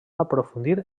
aprofundir